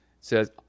says